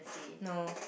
no